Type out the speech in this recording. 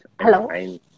Hello